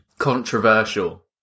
Controversial